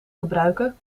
gebruiken